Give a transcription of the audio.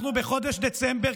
אנחנו בחודש דצמבר,